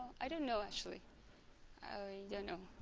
i don't know actually yeah no